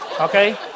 okay